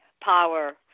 power